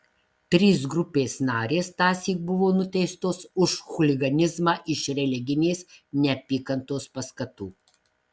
trys grupės narės tąsyk buvo nuteistos už chuliganizmą iš religinės neapykantos paskatų